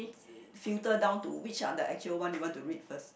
filter down to which are actual one you want to read first